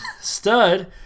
stud